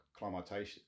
climatization